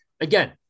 again